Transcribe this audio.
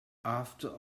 after